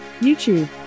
YouTube